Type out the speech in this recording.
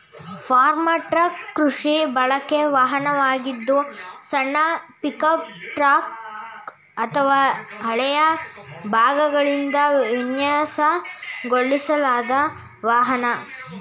form truck ಕೃಷಿ ಬಳಕೆ ವಾಹನವಾಗಿದ್ದು ಸಣ್ಣ ಪಿಕಪ್ ಟ್ರಕ್ ಅಥವಾ ಹಳೆಯ ಭಾಗಗಳಿಂದ ವಿನ್ಯಾಸಗೊಳಿಸಲಾದ ವಾಹನ